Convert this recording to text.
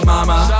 Mama